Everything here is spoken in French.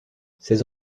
ses